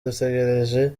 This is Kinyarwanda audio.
dutegereje